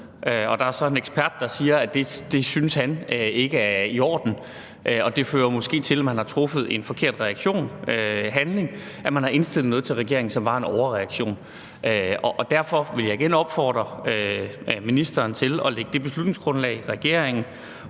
Og der er så en ekspert, der siger, at det synes han ikke er i orden, og det fører måske til, at man har begået en forkert handling; at man har indstillet noget til regeringen, som var en overreaktion. Derfor vil jeg igen opfordre ministeren til at lægge det beslutningsgrundlag, regeringen